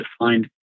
defined